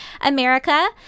America